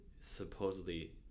supposedly